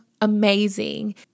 amazing